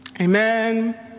Amen